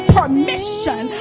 permission